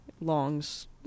longs